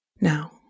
Now